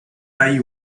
rai